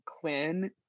Quinn